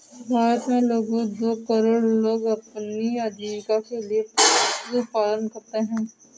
भारत में लगभग दो करोड़ लोग अपनी आजीविका के लिए पशुपालन करते है